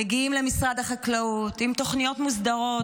מגיעים למשרד החקלאות עם תוכניות מוסדרות,